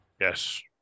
Yes